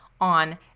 on